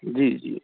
जी जी